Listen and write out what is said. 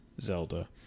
Zelda